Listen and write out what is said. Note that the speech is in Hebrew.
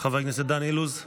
חיילים ושוטרים